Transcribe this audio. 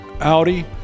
Audi